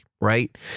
right